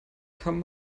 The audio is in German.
kann